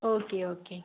okay okay